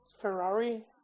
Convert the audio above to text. Ferrari